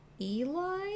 eli